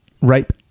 rape